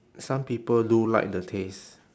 some people do like the taste